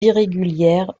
irrégulières